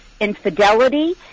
infidelity